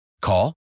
Call